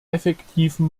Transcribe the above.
effektiven